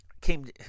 came